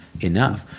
enough